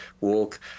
walk